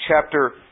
chapter